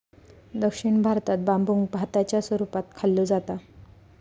दक्षिण भारतात बांबुक भाताच्या स्वरूपात खाल्लो जाता